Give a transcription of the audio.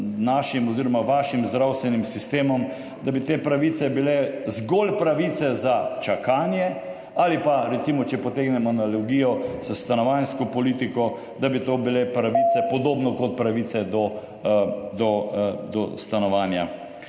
oziroma vašim zdravstvenim sistemom, da bi bile te pravice zgolj pravice za čakanje ali pa recimo, če potegnem analogijo s stanovanjsko politiko, da bi to bile pravice podobno, kot so pravice do stanovanja.